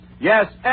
Yes